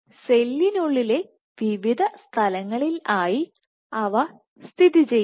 സെല്ലിനുള്ളിലെ വിവിധ സ്ഥലങ്ങളിൽ ആയി അവ സ്ഥിതി ചെയ്യുന്നു